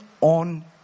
on